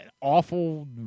awful